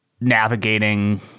navigating